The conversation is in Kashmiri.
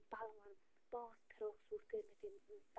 پَلون پانٛژھ فِرٛاک سوٗٹ کٔرۍ مےٚ تٔمۍ تباہ